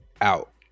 out